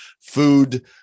food